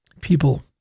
People